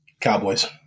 Cowboys